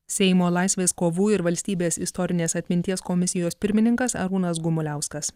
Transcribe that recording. seimo laisvės kovų ir valstybės istorinės atminties komisijos pirmininkas arūnas gumuliauskas